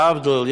להבדיל,